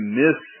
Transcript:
miss